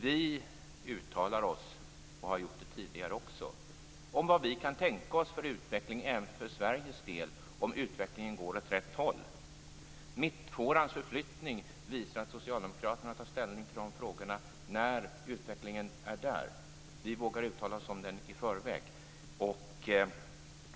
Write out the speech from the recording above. Vi uttalar oss - och har också tidigare gjort det - om vad vi kan tänka oss för utveckling även för Sveriges del om utvecklingen går åt rätt håll. Mittfårans förflyttning visar att Socialdemokraterna tar ställning till de frågorna när utvecklingen är där. Vi vågar uttala oss om den i förväg.